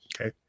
okay